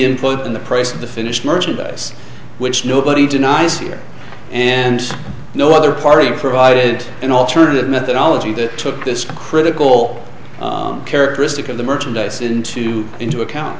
input and the price of the finished merchandise which nobody denies here and no other party provided an alternative methodology that took this critical characteristic of the merchandise into into account